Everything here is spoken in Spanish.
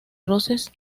roces